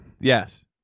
Yes